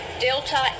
delta